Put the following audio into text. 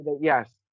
Yes